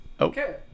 Okay